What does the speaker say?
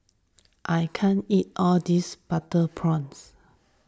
I can't eat all this Butter Prawns